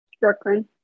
Brooklyn